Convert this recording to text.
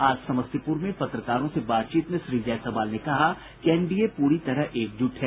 आज समस्तीपुर में पत्रकारों से बातचीत में श्री जायसवाल ने कहा कि एनडीए पूरी तरह एकजुट है